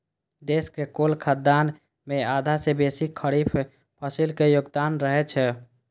देशक कुल खाद्यान्न मे आधा सं बेसी खरीफ फसिलक योगदान रहै छै